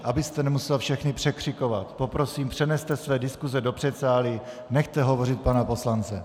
Abyste nemusel všechny překřikovat, poprosím, přeneste své diskuse do předsálí, nechte hovořit pana poslance.